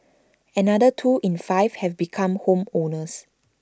another two in five have become home owners